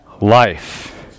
life